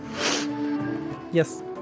Yes